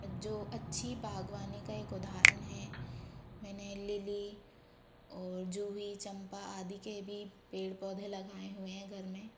जो अच्छी बागवानी का एक उदहारण है मैंने लिली और जूही चम्पा आदि के भी पेड़ पौधे लगाए हुए हैं घर में